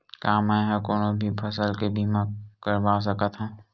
का मै ह कोनो भी फसल के बीमा करवा सकत हव?